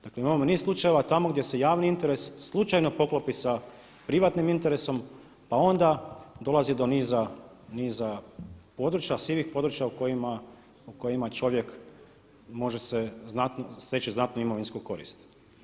Dakle imamo niz slučajeva tamo gdje se javni interes slučajno poklopi sa privatnim interesom pa onda dolazi do niza, niza područja, sivih područja u kojima čovjek može se znatno, stječe znatnu imovinsku korist.